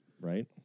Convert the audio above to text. Right